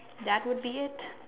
that would be it